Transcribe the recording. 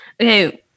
okay